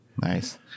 nice